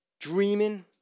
dreaming